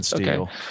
okay